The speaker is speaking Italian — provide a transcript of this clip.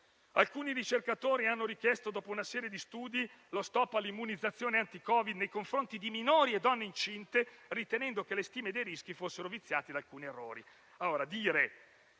alcuni ricercatori hanno richiesto, dopo una serie di studi, lo stop all'immunizzazione anti-Covid nei confronti di minori e donne incinte, ritenendo che le stime dei rischi fossero viziate da alcuni errori.